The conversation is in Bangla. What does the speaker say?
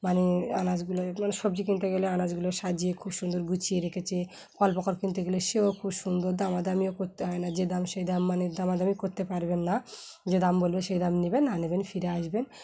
মানে আনাজগুলো মানে সবজি কিনতে গেলে আনাজগুলো সাজিয়ে খুব সুন্দর গুছিয়ে রেখেছে কল কাপড় কিনতে গেলে সেও খুব সুন্দর দামাদামিও করতে হয় না যে দাম সেই দাম মানে দামাদামি করতে পারবেন না যে দাম বললো সেই দাম নেবেন না নেবেন ফিরে আসবেন